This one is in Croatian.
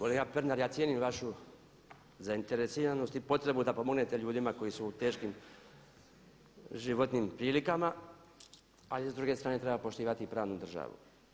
Kolega Pernar ja cijenim vašu zainteresiranost i potrebu da pomognete ljudima koji su u teškim životnim prilikama ali s druge strane treba poštivati i pravnu državu.